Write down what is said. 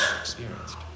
experienced